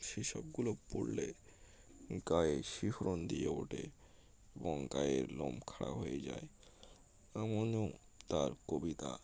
সেই সবগুলো পড়লে গায়ে শিহরণ দিয়ে ওঠে এবং গায়ের লোম খাড়া হয়ে যায় এমনও তার কবিতা